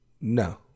No